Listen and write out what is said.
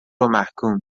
ومحکوم